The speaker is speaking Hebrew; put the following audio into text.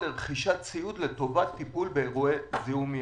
לטובת טיפול באירועי זיהום ים.